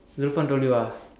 Zulfan told you ah